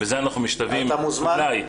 בזה אנחנו משתווים אולי.